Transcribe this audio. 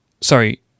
Sorry